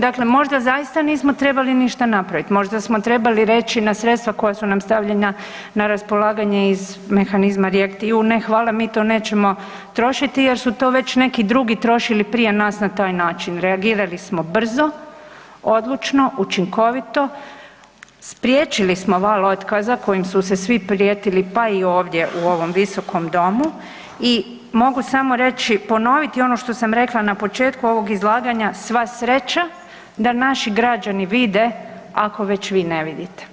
Dakle možda zaista nismo trebali ništa napraviti, možda smo trebali reći na sredstva koja su nam stavljena na raspolaganje iz mehanizma ... ne hvala, mi to nećemo trošiti jer su to već neki drugi trošili prije nas na taj način, reagirali smo brzo, odlučno, učinkovito, spriječili smo val otkaza kojim su se svi prijetili, pa i u ovdje u ovom Visokom domu i mogu samo reći i ponoviti ono što sam rekla na početku ovog izlaganja, sva sreća da naši građani vide, ako već vi ne vidite.